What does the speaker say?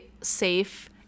safe